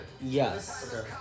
yes